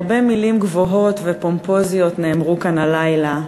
הרבה מילים גבוהות ופומפוזיות נאמרו כאן הלילה,